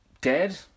dead